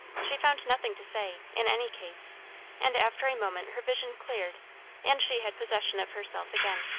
she found nothing to say, in any case and after a moment her vision cleared and she had possession of herself again.